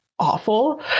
awful